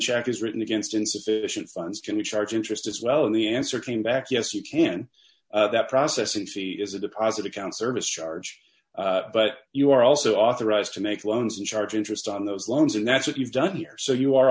check is written against insufficient d funds going to charge interest as well and the answer came back yes you can that process if he is a deposit account service charge but you are also authorized to make loans and charge interest on those loans and that's what you've done here so you are